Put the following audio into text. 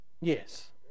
Yes